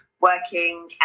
working